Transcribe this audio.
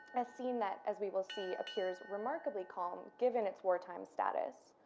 a scene that, as we will see, appears remarkably calm given its wartime status,